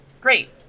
Great